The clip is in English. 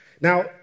Now